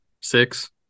six